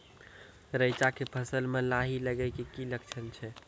रैचा के फसल मे लाही लगे के की लक्छण छै?